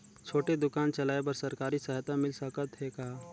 छोटे दुकान चलाय बर सरकारी सहायता मिल सकत हे का?